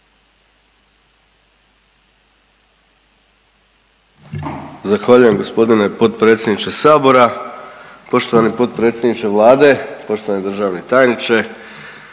Zahvaljujem gospodine potpredsjedniče sabora. Poštovani potpredsjedniče Vlade, poštovani državni tajniče,